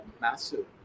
massive